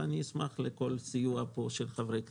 ואני אשמח לכל סיוע פה של חברי הכנסת: